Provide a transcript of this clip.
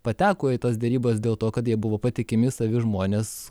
pateko į tas derybas dėl to kad jie buvo patikimi savi žmonės